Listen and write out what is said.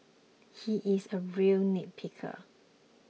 he is a real nitpicker